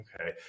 okay